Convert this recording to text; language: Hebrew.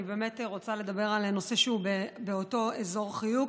אני רוצה לדבר על נושא שהוא באותו אזור חיוג.